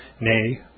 nay